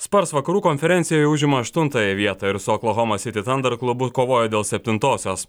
spars vakarų konferencijoje užima aštuntąją vietą ir su oklahomos siti fander klubu kovoja dėl septintosios